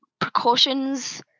precautions